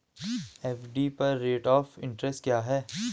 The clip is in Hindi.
एफ.डी पर रेट ऑफ़ इंट्रेस्ट क्या है?